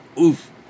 Oof